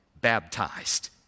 baptized